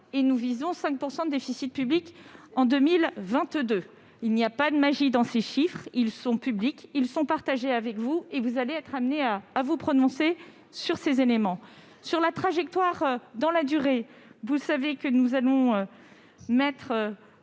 et nous visons 5 % de déficit public en 2022. Il n'y a pas de magie dans ces chiffres, ils sont publics, nous les partageons avec vous, et vous allez être amenés à vous prononcer. Concernant la trajectoire dans la durée, vous savez que 165 milliards